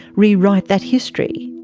rewrite that history.